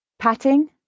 Patting